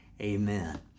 amen